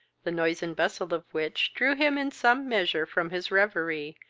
the noise and bustle of which drew him in some measure from his reverie,